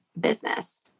business